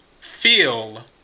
feel